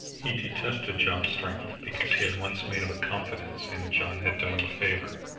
he detested john's strength because he had once made him a confidence and john had done him a favor.